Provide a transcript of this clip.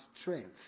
strength